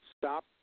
stop